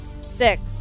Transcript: Six